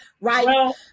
right